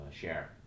share